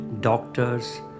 doctors